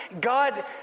God